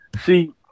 see